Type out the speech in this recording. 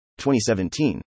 2017